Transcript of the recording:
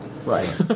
Right